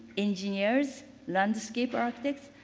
engineers, landscape architects,